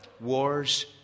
Wars